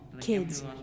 kids